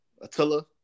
Attila